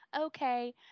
okay